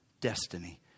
destiny